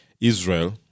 Israel